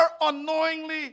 unknowingly